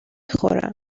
خورم